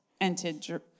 entered